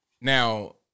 now